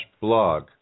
blog